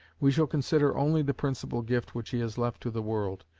we shall consider only the principal gift which he has left to the world,